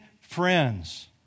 friends